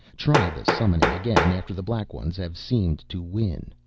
try the summoning again after the black ones have seemed to win.